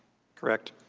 correct.